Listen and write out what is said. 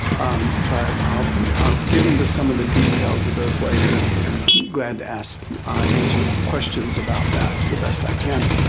but i'll get into some of the details of those later. and i'm glad to ask answer questions about that to the best i can.